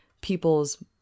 people's